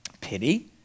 Pity